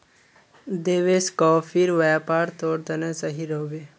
देवेश, कॉफीर व्यापार तोर तने सही रह बे